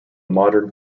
modern